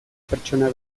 pertsona